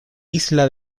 isla